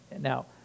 Now